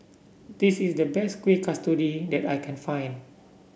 this is the best Kueh Kasturi that I can find